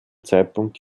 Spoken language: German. zeitpunkt